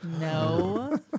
no